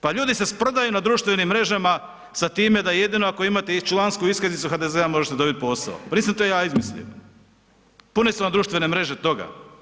Pa ljudi se sprdaju na društvenim mrežama sa time da jedino ako imate člansku iskaznicu HDZ-a možete dobiti posao, pa nisam to ja izmislio, pune su vam društvene mreže toga.